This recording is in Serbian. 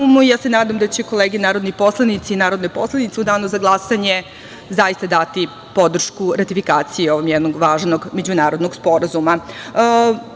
ja se nadam da će kolege narodni poslanici i narodne poslanice, u danu za glasanje zaista dati podršku ratifikaciji ovog jednog važnog međunarodnog sporazuma. Zaista